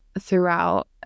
throughout